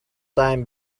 time